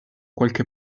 qualche